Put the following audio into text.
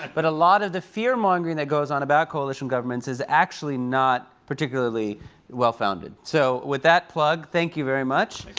but a lot of the fear mongering that goes on about coalition governments is actually not particularly well founded. so with that plug, thank you very much.